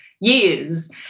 years